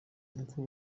uko